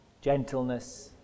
gentleness